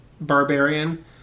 barbarian